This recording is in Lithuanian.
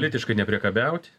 lytiškai nepriekabiaut